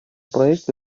проекту